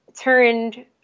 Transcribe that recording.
turned